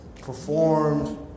performed